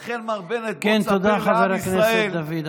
לכן, מר בנט, כן, תודה, חבר הכנסת דוד אמסלם.